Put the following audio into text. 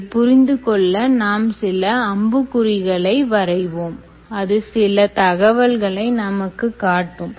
அதை புரிந்துகொள்ள நாம் சில அம்புக் குறிகளை வரைவோம் அது சில தகவல்களை நமக்கு காட்டும்